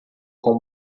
com